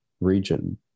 region